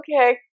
okay